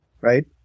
right